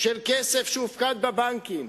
של כסף שהופקד בבנקים,